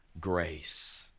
grace